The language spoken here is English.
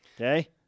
Okay